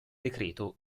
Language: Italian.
decreto